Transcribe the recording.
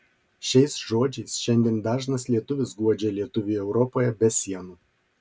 šiais žodžiais šiandien dažnas lietuvis guodžia lietuvį europoje be sienų